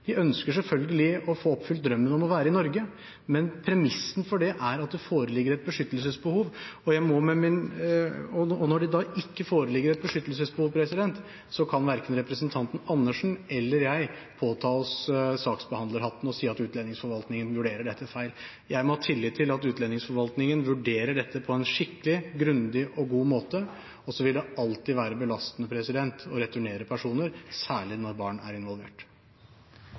de ikke ønsker. De ønsker selvfølgelig å få oppfylt drømmen om å være i Norge, men premissen for det er at det foreligger et beskyttelsesbehov, og når det da ikke foreligger et beskyttelsesbehov, kan verken representanten Andersen eller jeg påta oss saksbehandlerhatten og si at utlendingsforvaltningen vurderer dette feil. Jeg må ha tillit til at utlendingsforvaltningen vurderer dette på en skikkelig, grundig og god måte, og så vil det alltid være belastende å returnere personer, særlig når barn er involvert.